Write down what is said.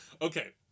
Okay